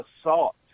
assault